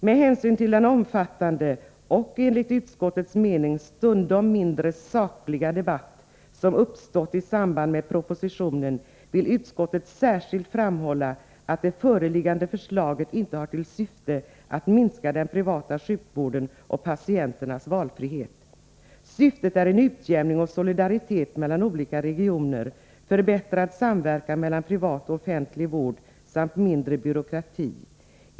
——— Med hänsyn till den omfattande — och enligt utskottets mening stundom mindre sakliga — debatt som uppstått i samband med propositionen vill utskottet särskilt framhålla att det föreliggande förslaget inte har till syfte att minska den privata sjukvården och patienternas valfrihet. Syftet är en utjämning och solidaritet mellan olika regioner, förbättrad samverkan mellan privat och offentlig vård samt mindre byråkrati.